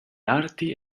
arti